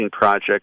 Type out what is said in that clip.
project